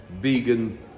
vegan